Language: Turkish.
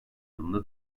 yılında